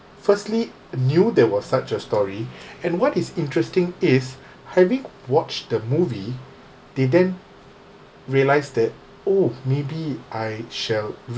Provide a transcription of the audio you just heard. firstly knew there was such a story and what is interesting is having watched the movie they then realised that oh maybe I shall